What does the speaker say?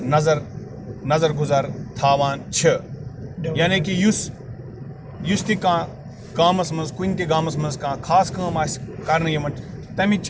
نَظر نَظر گُزر تھاوان چھِ یعنی کہِ یُس یُس تہِ کانٛہہ گامَس منٛز کُنہِ تہِ گامَس منٛز کانٛہہ خاص کٲم آسہِ کرنہٕ یِوان تَمِچۍ